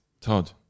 Todd